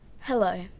Hello